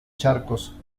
charcos